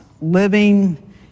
living